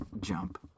jump